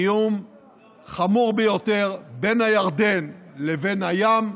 איום חמור ביותר בין הירדן לבין הים,